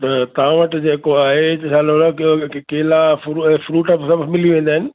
तव्हां वटि जेको आह् केला फ़्रू फ़्रूट बि सभु मिली वेंदा आहिनि